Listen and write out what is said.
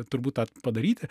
turbūt tą padaryti